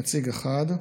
נציג אחד,